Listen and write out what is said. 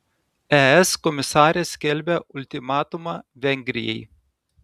es komisarė skelbia ultimatumą vengrijai